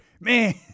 Man